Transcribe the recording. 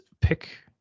pick